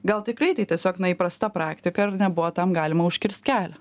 gal tikrai tai tiesiog na įprasta praktika ar nebuvo tam galima užkirsti kelią